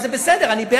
אבל זה בסדר אני בעד.